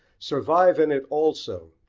survive in it also,